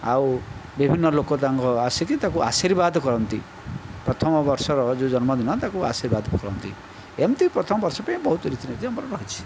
ଆଉ ବିଭିନ୍ନ ଲୋକ ତାଙ୍କ ଆସିକି ତାକୁ ଆଶୀର୍ବାଦ କରନ୍ତି ପ୍ରଥମ ବର୍ଷର ଯେଉଁ ଜନ୍ମଦିନ ତାକୁ ଆଶୀର୍ବାଦ କରନ୍ତି ଏମିତି ପ୍ରଥମ ବର୍ଷ ପାଇଁ ବହୁତ ରୀତିନୀତି ଆମର ରହିଛି